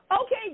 Okay